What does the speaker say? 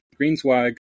Greenswag